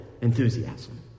enthusiasm